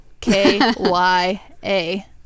K-Y-A